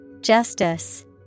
Justice